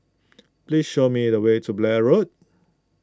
please show me the way to Blair Road